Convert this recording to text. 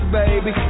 baby